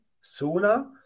sooner